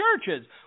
churches